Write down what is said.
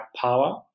power